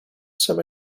some